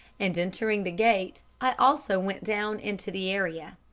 and entering the gate, i also went down into the area.